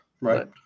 right